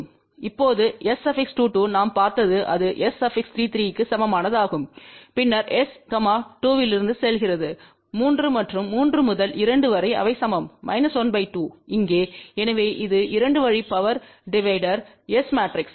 இப்போது S22நாம் பார்த்தது அது S33க்கு சமமானதாகும்பின்னர் S 2 இலிருந்து செல்கிறது 3 மற்றும் 3 முதல் 2 வரை அவை சமம் - 1 2 இங்கே எனவே இது 2 வழி பவர் டிவைடர்யின் S மாட்ரிக்ஸ்